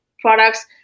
products